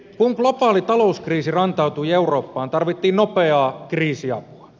kun globaali talouskriisi rantautui eurooppaan tarvittiin nopeaa kriisiapua